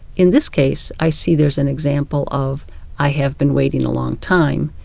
in this case, i see there's an example of i have been waiting a long time,